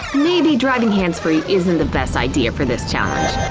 maybe driving hands-free isn't the best idea for this challenge,